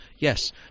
yes